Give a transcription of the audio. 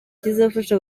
kizafasha